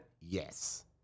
Yes